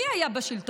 מי היה בשלטון?